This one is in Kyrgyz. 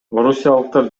орусиялыктар